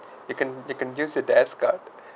you can you can just use the app's card